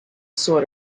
sort